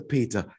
Peter